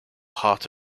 heart